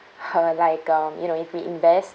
uh like um you know if we invest